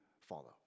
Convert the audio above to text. follow